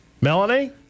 Melanie